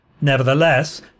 Nevertheless